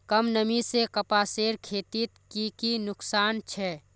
कम नमी से कपासेर खेतीत की की नुकसान छे?